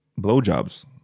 blowjobs